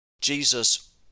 Jesus